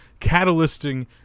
catalysting